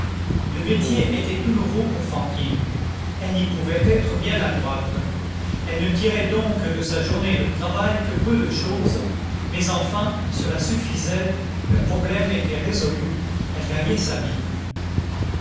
le métier était tout nouveau pour fantine elle n'y pouvait être bien adroite elle ne tirait donc de sa journée de travail que peu de chose mais enfin cela suffisait le problème était résolu elle gagnait sa vie